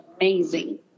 amazing